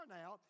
now